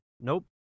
nope